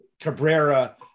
Cabrera